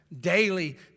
Daily